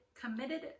committed